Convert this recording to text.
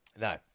No